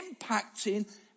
impacting